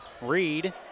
Reed